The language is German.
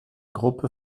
gruppe